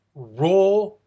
Raw